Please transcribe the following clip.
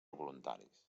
voluntaris